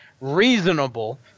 reasonable